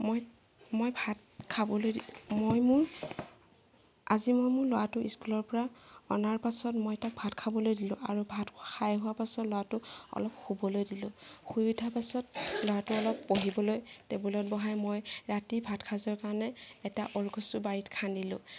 মই মই ভাত খাবলৈ মই মোৰ আজি মই মোৰ ল'ৰাটো স্কুলৰ পৰা অনাৰ পাছত মই তাক ভাত খাবলৈ দিলোঁ আৰু ভাত খাই হোৱাৰ পাছত ল'ৰাটো অলপ শুবলৈ দিলোঁ শুই উঠাৰ পাছত ল'ৰাটোক অলপ পঢ়িবলৈ টেবুলত বহাই মই ৰাতিৰ ভাতসাজৰ কাৰণে এটা উলকচু বাৰীৰ খান্দিলোঁ